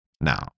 now